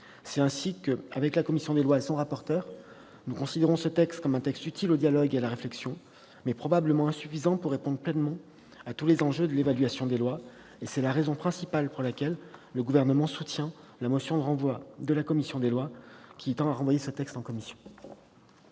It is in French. C'est ainsi que, avec la commission des lois et son rapporteur, nous considérons cette proposition de loi comme un texte utile au dialogue et à la réflexion, mais probablement insuffisant pour répondre pleinement à tous les enjeux de l'évaluation des lois. C'est la raison principale pour laquelle le Gouvernement soutiendra la motion de la commission des lois tendant au renvoi du texte à la commission.